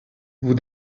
vous